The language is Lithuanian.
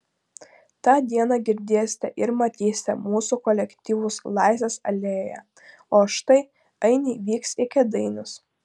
tą dieną girdėsite ir matysite mūsų kolektyvus laisvės alėjoje o štai ainiai vyks į kėdainius